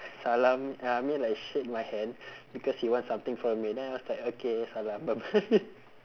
salam I mean like shake my hand because he wants something from me then I was like okay salam bye bye